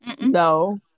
No